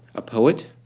a poet,